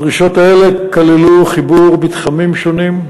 הדרישות האלה כללו חיבור מתחמים שונים.